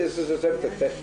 סליחה.